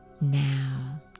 Now